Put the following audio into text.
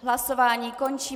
Hlasování končím.